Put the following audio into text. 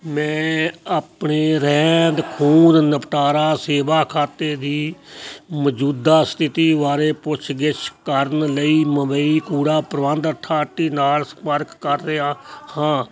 ਮੈਂ ਆਪਣੀ ਰਹਿੰਦ ਖੂੰਹਦ ਨਿਪਟਾਰਾ ਸੇਵਾ ਖਾਤੇ ਦੀ ਮੌਜੂਦਾ ਸਥਿਤੀ ਬਾਰੇ ਪੁੱਛਗਿੱਛ ਕਰਨ ਲਈ ਮੁੰਬਈ ਕੂੜਾ ਪ੍ਰਬੰਧ ਅਥਾਰਟੀ ਨਾਲ ਸੰਪਰਕ ਕਰ ਰਿਹਾ ਹਾਂ